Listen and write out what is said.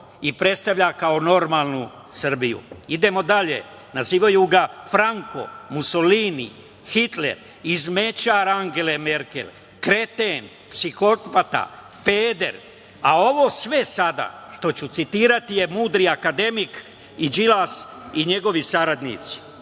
i predstavlja kao normalnu Srbiju. Idemo dalje, nazivaju ga: Franko, Musolini, Hitler, izmećar Angele Merkel, kreten, psihopata, peder. A, ovo sve sada što ću citirati je mudri akademik, Đilas i njegovi saradnici: